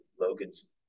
Logan's